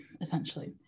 essentially